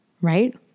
right